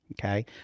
Okay